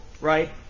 right